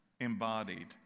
embodied